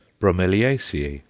bromeliaceae,